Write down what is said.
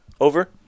over